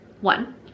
one